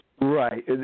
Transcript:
Right